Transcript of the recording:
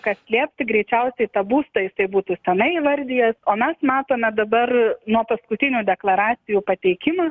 ką slėpti greičiausiai ta būstą jisai būtų seniai įvardijęs o mes matome dabar nuo paskutinių deklaracijų pateikimą